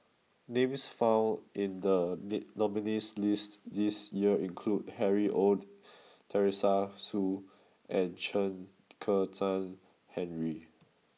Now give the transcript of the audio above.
names found in the date nominees' list this year include Harry Ord Teresa Hsu and Chen Kezhan Henri